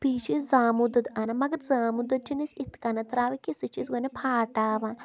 بیٚیہِ چھِ أسۍ زامُت دۄد اَنان مگر زامُت دۄد چھِنہٕ أسۍ اِتھکَنٮ۪تھ ترٛاوان سُہ چھِ أسۍ گۄڈنٮ۪تھ پھاٹاوان